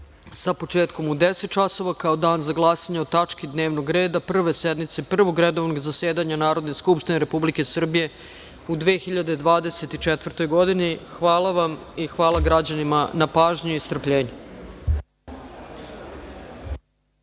sa početkom u 10.00 časova, kao dan za glasanje o tački dnevnog reda Prve sednice Prvog redovnog zasedanja Narodne skupštine Republike Srbije u 2024. godini. Hvala vam i hvala građanima na pažnji i strpljenju.